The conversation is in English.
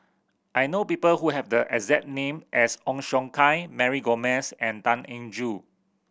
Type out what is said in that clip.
I know people who have the exact name as Ong Siong Kai Mary Gomes and Tan Eng Joo